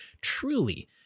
truly